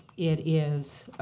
it is